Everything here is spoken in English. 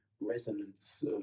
resonance